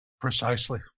Precisely